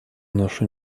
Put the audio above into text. нашу